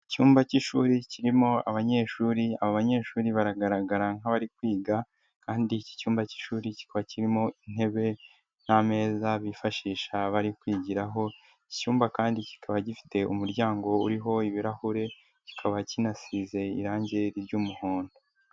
Icyumba cy'ishuri kirimo abanyeshuri abo banyeshuri baragaragara nk'abari kwiga, kandi iki cyumba cy'ishuri kikaba kirimo intebe n'ameza bifashisha bari kwigiraho . Icyumba kandi kikaba gifite umuryango uriho ibirahure ,kikaba kinasize irangi ry'umuhondo.